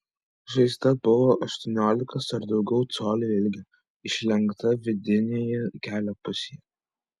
žaizda buvo aštuoniolikos ar daugiau colių ilgio išlenkta vidinėje kelio pusėje